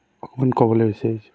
অকণমান ক'বলৈ বিচাৰিছো